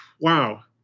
Wow